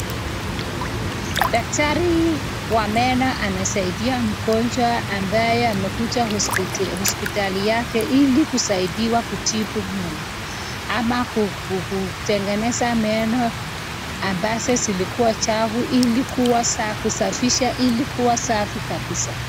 Daktari wa meno anasaidia mgonjwa ambaye amekuja hospitali yake ili kusaidiwa kutibu meno ama kukutengeneza meno ambayo zilikuwa chafu ili kuwa kusafisha ili kuwa safi kabisa.